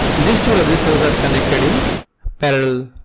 these two resistors are connected in parallel.